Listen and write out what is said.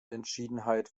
entschiedenheit